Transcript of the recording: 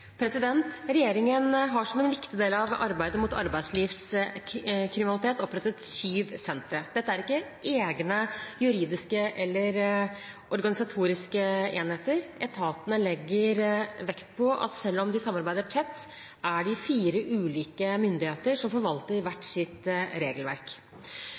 arbeidslivskriminalitet?» Regjeringen har som en viktig del av arbeidet mot arbeidslivskriminalitet opprettet syv sentre. Dette er ikke egne juridiske eller organisatoriske enheter. Etatene legger vekt på at selv om de samarbeider tett, er de fire ulike myndigheter som forvalter hvert sitt regelverk.